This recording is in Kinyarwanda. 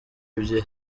ebyiri